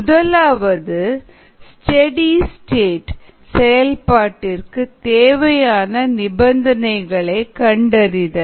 முதலாவது steady state செயல்பாட்டிற்கு தேவையான நிபந்தனைகளை கண்டறிதல்